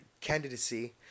candidacy